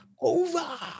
Over